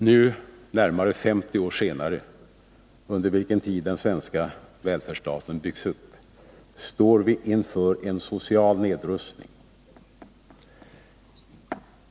Nu — närmare 50 år senare, en tid under vilken den svenska välfärdsstaten byggts upp — står vi inför en social nedrustning.